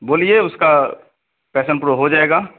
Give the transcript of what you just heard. बोलिए उसका passion pro हो जाएगा